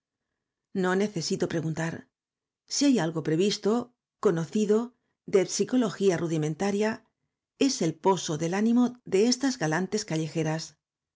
no necesito preguntar si hay algo previsto conocido de psicología rudimentaria es el poso del ánimo de estas galantes callejeras